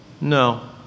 No